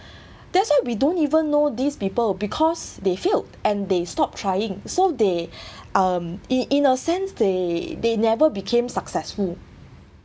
that's why we don't even know these people because they failed and they stop trying so they um in in a sense they they never became successful